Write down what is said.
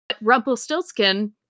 Rumpelstiltskin